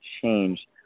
change